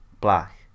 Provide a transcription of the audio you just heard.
black